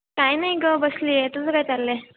काय नाही गं बसली आहे तुझं काय चाललं आहे